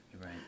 Right